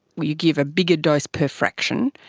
where you give a bigger dose per fraction,